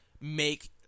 make